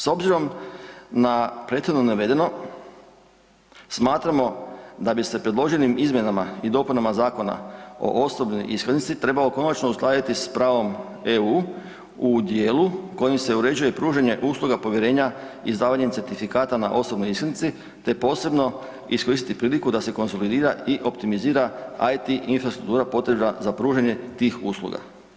S obzirom na prethodno navedeno smatramo da bi se predloženim izmjenama i dopunama Zakona o osobnoj iskaznici trebao konačno uskladiti sa pravom EU u dijelu kojim se uređuje pružanje usluga povjerenja izdavanjem certifikata na osobnoj iskaznici te posebno iskoristiti priliku da se konsolidira i optimizira IT infrastruktura potrebna za pružanje tih usluga.